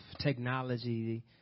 technology